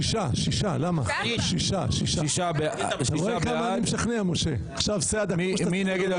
6. מי נגד?